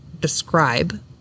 describe